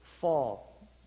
fall